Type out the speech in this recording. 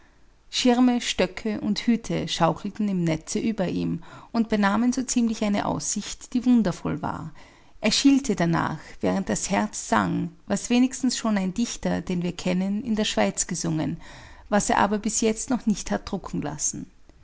schirme stöcke und hüte schaukelten im netze über ihm und benahmen so ziemlich eine aussicht die wundervoll war er schielte danach während das herz sang was wenigstens schon ein dichter den wir kennen in der schweiz gesungen was er aber bis jetzt noch nicht hat drucken lassen